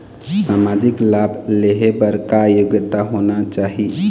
सामाजिक लाभ लेहे बर का योग्यता होना चाही?